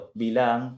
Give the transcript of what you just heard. bilang